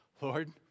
Lord